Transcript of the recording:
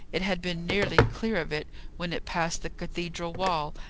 it had been nearly clear of it when it passed the cathedral wall,